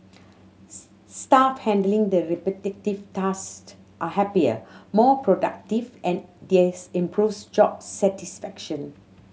staff handling the repetitive are happier more productive and this improves job satisfaction